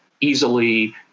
easily